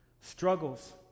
struggles